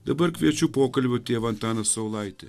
dabar kviečiu pokalbiui tėvą antaną saulaitį